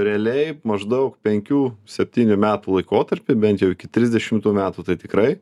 realiai maždaug penkių septynių metų laikotarpiu bent jau iki trisdešimtų metų tai tikrai